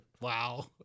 wow